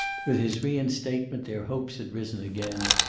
with his reinstatement their hopes had risen again,